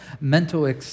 mental